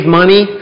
money